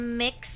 mix